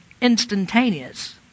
instantaneous